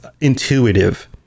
intuitive